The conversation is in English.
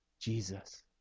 Jesus